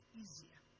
easier